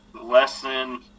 lesson